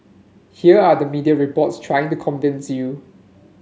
here are the media reports trying to convince you